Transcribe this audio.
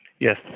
yes